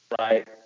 right